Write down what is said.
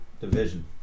division